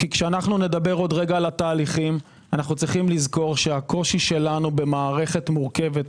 - כשנדבר על התהליכים עלינו לזכור שהקושי שלנו במערכת מורכבת